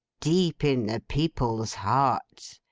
deep in the people's hearts!